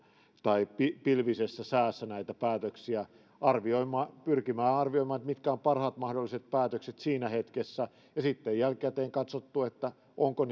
tai pilvisessä säässä näitä päätöksiä ja pyrkimään arvioimaan mitkä ovat parhaat mahdolliset päätökset siinä hetkessä ja sitten jälkikäteen on katsottu onko